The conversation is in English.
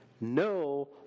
no